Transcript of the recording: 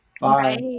Bye